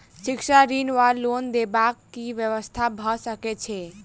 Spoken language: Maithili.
शिक्षा ऋण वा लोन देबाक की व्यवस्था भऽ सकै छै?